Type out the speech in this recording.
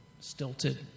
stilted